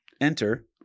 Enter